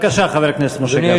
חבר הכנסת משה גפני, בבקשה.